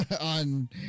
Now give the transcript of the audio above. on